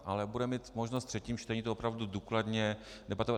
Ale budeme mít možnost ve třetím čtení opravdu důkladně debatovat.